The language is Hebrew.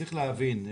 צריך להבין.